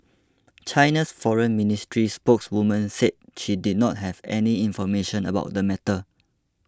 China's foreign ministry spokeswoman said she did not have any information about the matter